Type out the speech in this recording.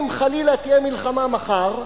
אם חלילה תהיה מלחמה מחר,